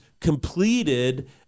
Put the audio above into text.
completed